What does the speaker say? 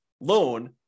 loan